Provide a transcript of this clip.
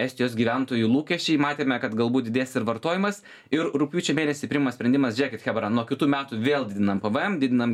estijos gyventojų lūkesčiai matėme kad galbūt didės ir vartojimas ir rugpjūčio mėnesį priimamas sprendimas žėkit chebra nuo kitų metų vėl didinam pvm didinam